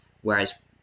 whereas